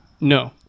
no